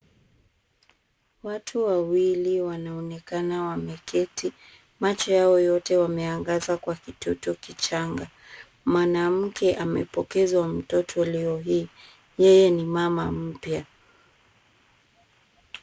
Watu wawili wanaonekana wameketi. Macho yao yote wameangaza kwa kitoto kichanga. Mwanamke amepokezwa mtoto leo hii. Yeye ni mama mpya.